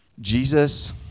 Jesus